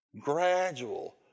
gradual